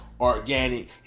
organic